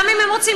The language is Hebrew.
גם אם הם רוצים,